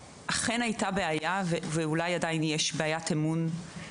הייתה בעיה ואולי עדיין יש בעיית אמון אל מול העדה האתיופית,